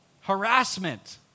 harassment